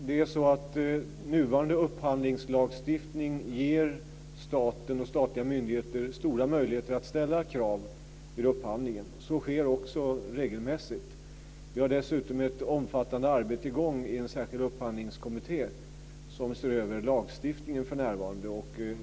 Fru talman! Nuvarande upphandlingslagstiftning ger staten och statliga myndigheter stora möjligheter att ställa krav vid upphandlingen. Så sker också regelmässigt. Vi har dessutom ett omfattande arbete i gång i en särskild upphandlingskommitté som för närvarande ser över lagstiftningen.